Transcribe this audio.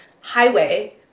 highway